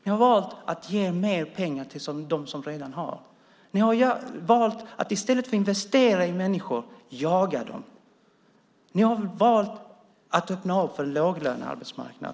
Ni har valt att ge mer pengar till dem som redan har. Ni har valt att i stället för att investera i människor jaga dem. Ni har valt att öppna för en låglönearbetsmarknad.